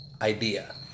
idea